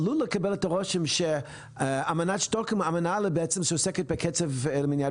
עלול לקבל את הרושם שאמנת שטוקהולם היא בעצם אמנה שעוסקת בקצף למניעת